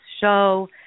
show